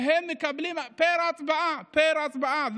שהם מקבלים פר הצבעה, פר הצבעה.